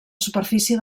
superfície